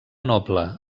noble